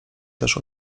też